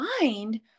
mind